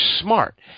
smart